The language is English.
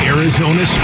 Arizona